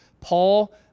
Paul